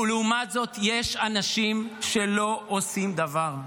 ולעומת זאת יש אנשים שלא עושים דבר.